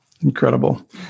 Incredible